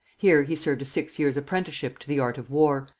here he served a six-years apprenticeship to the art of war,